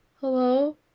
Hello